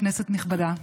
כנסת נכבדה,